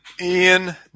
Ian